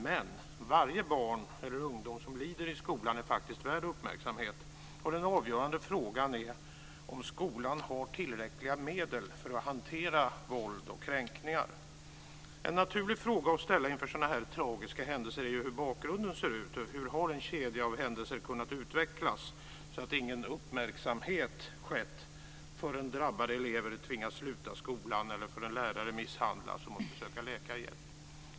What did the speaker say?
Men varje barn eller ungdom som lider i skolan är värd uppmärksamhet. Den avgörande frågan är om skolan har tillräckliga medel för att hantera våld och kränkningar. En naturlig fråga att ställa inför sådana här tragiska händelser är hur bakgrunden ser ut. Hur har en kedja av händelser kunnat utvecklas så att ingen uppmärksamhet har väckts förrän drabbade elever har tvingats sluta skolan eller förrän lärare har misshandlats och tvingats söka läkarhjälp?